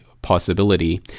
Possibility